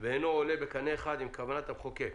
ואינו עולה בקנה אחד עם כוונת המחוקק.